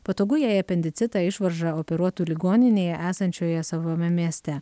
patogu jei apendicitą išvaržą operuotų ligoninėje esančioje savame mieste